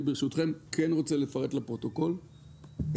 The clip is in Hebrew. אני ברשותכם כן רוצה לפרט לפרוטוקול את